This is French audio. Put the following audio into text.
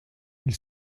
elle